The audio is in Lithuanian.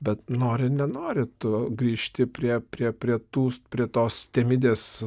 bet nori nenori tu grįžti prie prie prie tų prie tos temidės